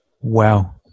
Wow